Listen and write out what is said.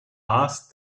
asked